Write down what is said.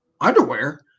underwear